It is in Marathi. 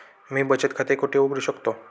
मी बचत खाते कुठे उघडू शकतो?